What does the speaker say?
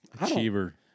Achiever